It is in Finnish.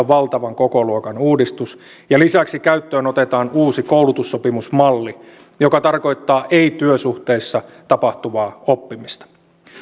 valtavan kokoluokan uudistus lisäksi käyttöön otetaan uusi koulutussopimusmalli joka tarkoittaa ei työsuhteessa tapahtuvaa oppimista